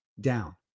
down